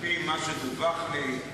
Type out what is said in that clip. על-פי מה שדווח לי,